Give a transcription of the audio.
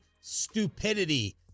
Stupidity